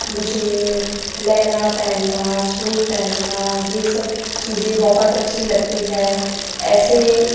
मुझे लहंगा पहनना सूट पहनना ये सब चीज़ें बहुत अच्छी लगती हैं ऐसे